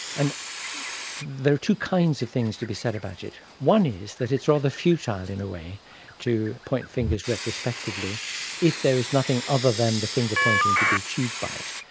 and there are two kinds of things to be said about it. one is that it's rather futile in a way to point fingers retrospectively if there is nothing other than the finger pointing to be achieved by it.